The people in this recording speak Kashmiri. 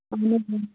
اَہن حظ